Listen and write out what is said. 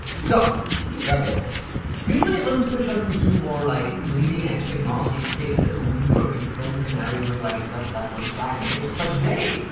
so webworkers usually on supercharged, we do more like leading-edge technology, things that only work in chrome canary with like web platforms flag enabled. but today,